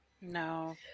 no